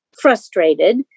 frustrated